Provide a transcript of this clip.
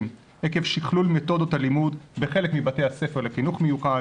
עקב שכלול מתודות הלימוד בחלק מבתי הספר לחינוך מיוחד,